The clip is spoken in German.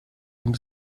dem